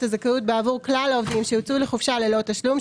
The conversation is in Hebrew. הזכאות בעבור כלל העובדים שהוצאו לחופשה ללא תשלום,